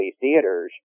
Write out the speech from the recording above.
theaters